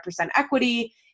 equity